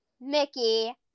Mickey